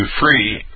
free